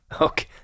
Okay